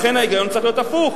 לכן, ההיגיון צריך להיות הפוך.